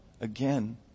again